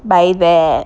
by that